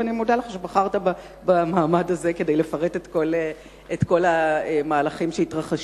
ואני מודה לך על שבחרת במעמד הזה כדי לפרט את כל המהלכים שהתרחשו.